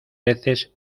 veces